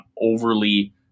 overly